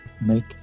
Make